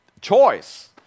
choice